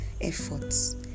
efforts